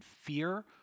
fear